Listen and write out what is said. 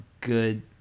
good